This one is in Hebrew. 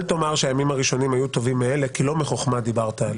אל תאמר שהימים הראשונים יהיו טובים מאלה כי לא מחוכמה דיברת.